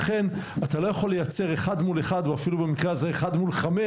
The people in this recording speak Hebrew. לכן אתה לא יכול לייצר אחד מול אחד או אפילו במקרה הזה אחד מול 5,